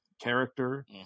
Character